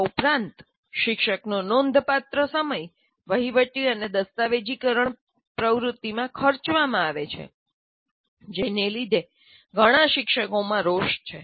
આ ઉપરાંત શિક્ષકનો નોંધપાત્ર સમય લગભગ 30 વહીવટ અને દસ્તાવેજીકરણ પ્રવૃત્તિમાં ખર્ચવામાં આવે છે જેને લીધે ઘણા શિક્ષકો માં રોષ છે